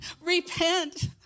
repent